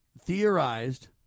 theorized